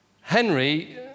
Henry